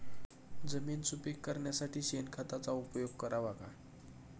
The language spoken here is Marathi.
जमीन सुपीक करण्यासाठी शेणखताचा उपयोग करावा का?